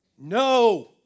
No